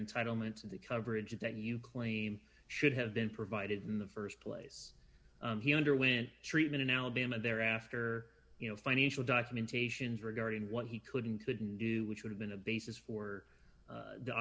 entitle me to the coverage that you claim should have been provided in the st place he underwent treatment in alabama there after you know financial documentations regarding what he could and couldn't do which would have been a basis for